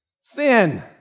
sin